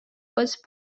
first